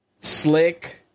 Slick